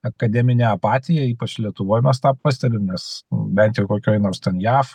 akademinė apatija ypač lietuvoj mes tą pastebim nes bent jau kokioj nors jav